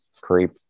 creep